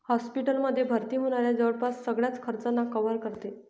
hospital मध्ये भर्ती होण्याच्या जवळपास सगळ्याच खर्चांना कव्हर करते